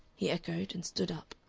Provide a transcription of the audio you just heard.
he echoed and stood up.